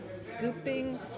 scooping